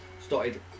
started